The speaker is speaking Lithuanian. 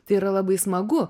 tai yra labai smagu